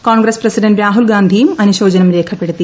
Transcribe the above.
Congress president രാഹുൽഗാന്ധിയും അനുശോചനം രേഖപ്പെടുത്തി